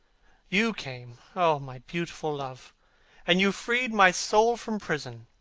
you came oh, my beautiful love and you freed my soul from prison.